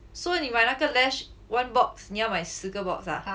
so 你买那个 lash one box 你要买是个 box ah something like that like anime